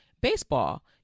baseball